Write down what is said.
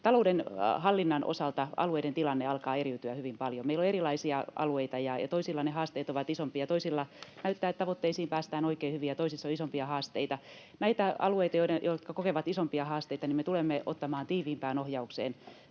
talouden hallinnan osalta alueiden tilanne alkaa eriytyä hyvin paljon. Meillä on erilaisia alueita. Toisilla ne haasteet ovat isompia, ja toisissa näyttää, että tavoitteisiin päästään oikein hyvin. Näitä alueita, jotka kokevat isompia haasteita, me tulemme ottamaan tiiviimpään ohjaukseen